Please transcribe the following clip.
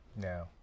No